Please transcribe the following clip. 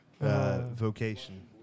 vocation